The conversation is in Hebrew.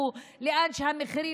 ממירון,